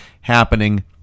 happening